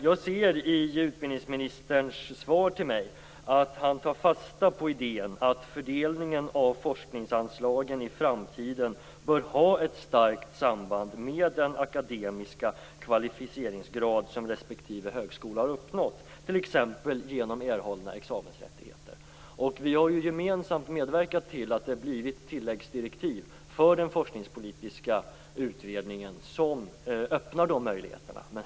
Jag ser i utbildningsministerns svar till mig att han tar fasta på idén att fördelningen av forskningsanslagen i framtiden bör ha ett starkt samband med den akademiska kvalificeringsgrad som respektive högskola har uppnått, t.ex. genom erhållna examensrättigheter. Vi har ju gemensamt medverkat till att det har blivit tilläggsdirektiv till den forskningspolitiska utredningen vilka öppnar de möjligheterna.